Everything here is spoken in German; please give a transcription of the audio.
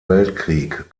weltkrieg